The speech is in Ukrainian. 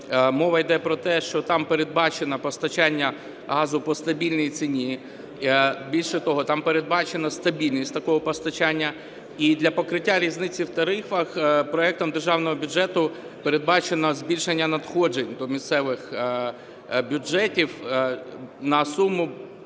мова йде про те, що там передбачено постачання газу по стабільній ціні, більше того, там передбачено стабільність такого постачання. І для покриття різниці в тарифах проектом державного бюджету передбачено збільшення надходжень до місцевих бюджетів на суму